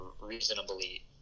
reasonably